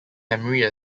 memory